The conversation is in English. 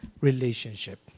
Relationship